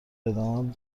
ادامه